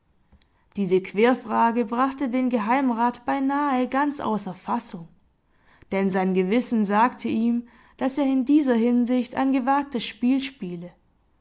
diese querfrage brachte den geheimrat beinahe ganz außer fassung denn sein gewissen sagte ihm daß er in dieser hinsicht ein gewagtes spiel spiele